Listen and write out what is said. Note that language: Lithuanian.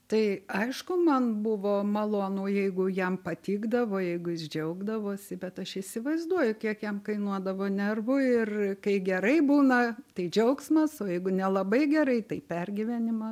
tai aišku man buvo malonu jeigu jam patikdavo jeigu jis džiaugdavosi bet aš įsivaizduoju kiek jam kainuodavo nervų ir kai gerai būna tai džiaugsmas o jeigu nelabai gerai tai pergyvenimas